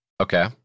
Okay